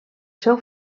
seu